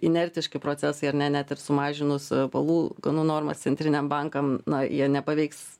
inertiški procesai ar ne net ir sumažinus palūkanų normas centriniam bankam na jie nepaveiks